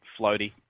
floaty